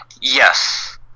Yes